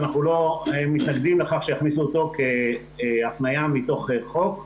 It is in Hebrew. אנחנו לא מתנגדים לכך שיכניסו אותו כהפניה מתוך החוק.